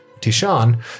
Tishan